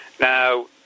Now